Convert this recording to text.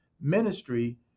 ministry